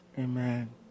Amen